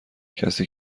کسی